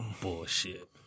Bullshit